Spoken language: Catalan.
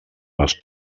les